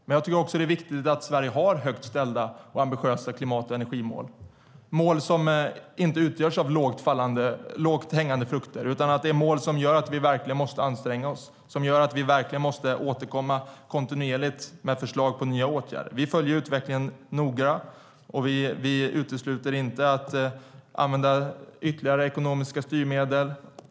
Men jag tycker att det är viktigt att Sverige har högt ställda och ambitiösa klimat och energimål, mål som inte utgörs av lågt hängande frukter utan är mål som gör att vi verkligen måste anstränga oss och kontinuerligt återkomma med förslag till nya åtgärder. Vi följer utvecklingen noga och utesluter inte att använda ytterligare ekonomiska styrmedel.